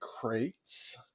crates